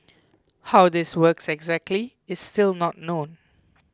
how this works exactly is still not known